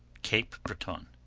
cape breton.